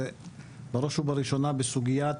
ובראש ובראשונה בסוגיית